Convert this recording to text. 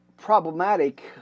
problematic